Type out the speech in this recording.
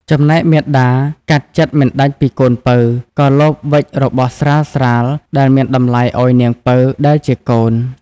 ចំណែកមាតាកាត់ចិត្តមិនដាច់ពីកូនពៅ ក៏លបវេចរបស់ស្រាលៗ ដែលមានតម្លៃឲ្យនាងពៅដែលជាកូន។